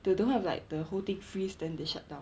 they don't have like the whole thing freeze then they shutdown